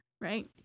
right